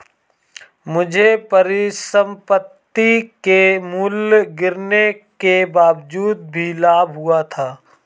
मुझे परिसंपत्ति के मूल्य गिरने के बावजूद भी लाभ हुआ था